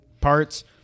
parts